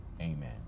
Amen